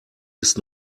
ist